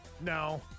no